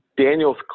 Daniel's